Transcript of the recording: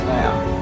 now